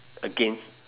against